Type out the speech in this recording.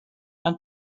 and